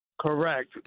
Correct